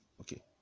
okay